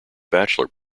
bachelor